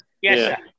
Yes